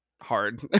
hard